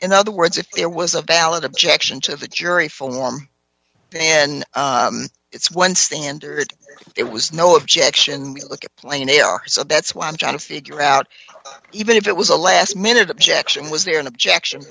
in other words if there was a valid objection to the jury form then it's one standard it was no objection to look at plain they are so that's what i'm trying to figure out even if it was a last minute objection was there an objection